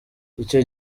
icyo